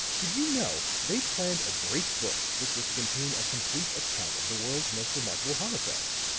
did you know they planned a great book which was to contain a complete account of the world's most remarkable homicides?